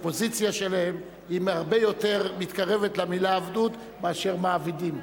הפוזיציה שלהם הרבה יותר מתקרבת למלה "עבדות" מאשר "מעבידים",